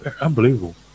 Unbelievable